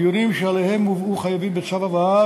דיונים שאליהם הובאו חייבים בצו הבאה